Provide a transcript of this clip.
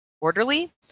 orderly